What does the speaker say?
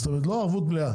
זאת אומרת, לא ערבות מלאה